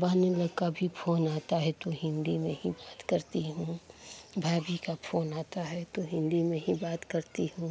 बहनें लोग का भी फ़ोन आता है तो हिन्दी में ही बात करती हूँ भाभी का फ़ोन आता है तो हिन्दी में ही बात करती हूँ